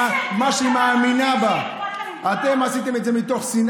היא עשתה את זה מתוך ערכיות של עצמה,